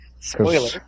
Spoiler